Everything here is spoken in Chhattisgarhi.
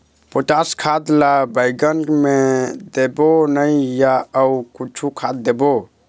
पोटास खाद ला बैंगन मे देबो नई या अऊ कुछू खाद देबो?